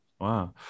Wow